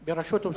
ברשות ובסמכות.